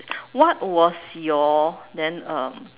what was your then um